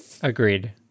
agreed